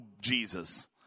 Jesus